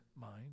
mind